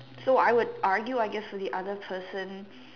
so I would argue I guess for the other person